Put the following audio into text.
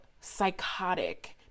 psychotic